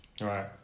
Right